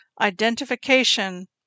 identification